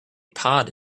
pod